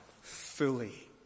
fully